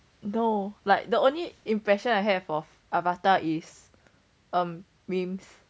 no like the only impression I have of avatar is ah memes